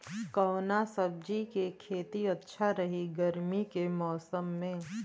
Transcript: कवना सब्जी के खेती अच्छा रही गर्मी के मौसम में?